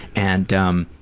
and um,